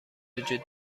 وجود